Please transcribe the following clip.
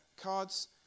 cards